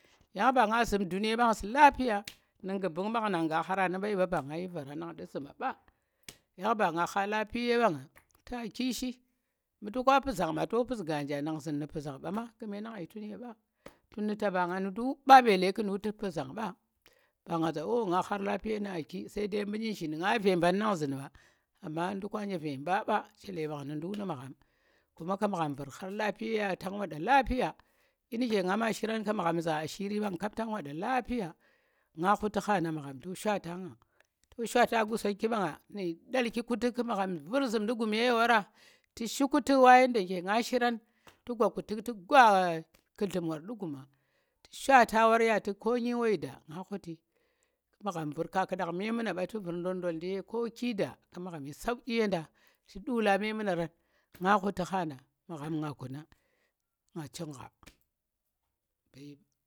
yang ba nga zu̱m lapiya nu̱ ngubung mɓangnang nga khara nu̱ mɓai ɓa ba nga yi vara nang nɗu gna ɓa yang ba nga kha lapiye mɓa nga tu̱ aa chi si, mu̱ toka mpu̱zhang ma, to mpu̱zh ngganja nang zu̱n nu̱ mpu̱zha ma ɓa, kume nang yi tun ye ɓa, tun nu̱ taba nga nu̱ nɗu̱k ɓa, belle ƙu̱ ndu̱k mpu̱zhang ɓa, ba nga za ohoh nha khar lapiye nu̱ aa ki sai dai mu nu̱zhin a ve mban nang zu̱n ɓa amma ndukwa nje ve mba mɓa chele mbang nu̱ ndu̱k nu̱ magham kuma ɗu̱ magham vu̱r khar lapiye ya tang waɗa lapiya ɗyi nu̱ke nga ma shirang ƙu̱ magham za ashiiri bang kap tung waɗa lapiya nga ghu̱tu kha nɗa magham to shwata nga, to shwata Qusonggi mɓa nga nu̱ nɗalki ku tu̱k ƙu̱ magham vu̱r zu̱mndi gume ye wara tu̱ shiku tu̱k wa yadda nuge nga shirang tu̱ gwa tuk tu gwa nllu̱m ku llum war nɗu̱ guma, tu̱ shwata war ya tu̱k ko ɗyi woi da nga ghu̱ti magham vu̱r kwaƙu̱nɗang memuna ɓa tu̱ vu̱r ndolndol ndi ye ko ɗyi da ku̱ magham yhi saukhi ya nda tu̱ nɗu̱la memunarang nga ghu̱ti khada magham nga kuma nga ching gha